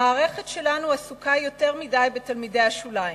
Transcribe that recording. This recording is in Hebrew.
המערכת שלנו עסוקה יותר מדי בתלמידי השוליים,